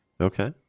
Okay